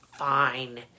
fine